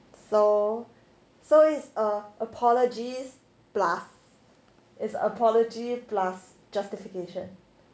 so so it's a~ apologies plus it's apology plus justification